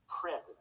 present